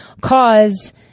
cause